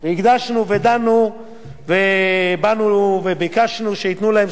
באנו וביקשנו שייתנו להם זכות בחירה לתקופה מוגדרת,